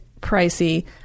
pricey